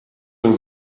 den